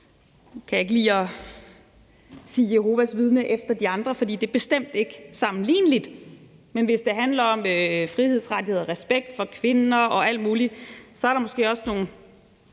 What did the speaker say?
nu kan jeg ikke lide at sige Jehovas Vidner efter de andre, for det er bestemt ikke sammenligneligt, men hvis det handler om frihedsrettigheder, respekt for kvinder og alt muligt, er der måske også nogle